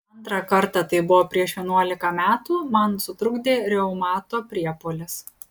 antrą kartą tai buvo prieš vienuolika metų man sutrukdė reumato priepuolis